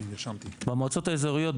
במועצות האזוריות,